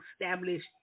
established